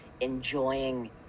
enjoying